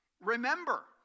Remember